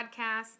podcast